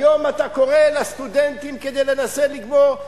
היום אתה קורא לסטודנטים כדי לנסות לגמור?